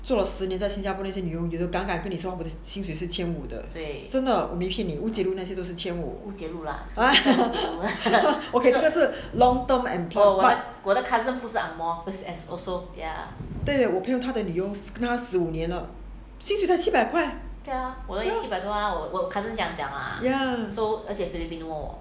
做了十年在新加坡这那些女佣有敢敢跟你说我的薪水是千五的我没骗你乌节路那些都是千五 okay 这个是 long term employment but 对我的朋友他的女佣跟他十五年了薪水才七百块 ya ya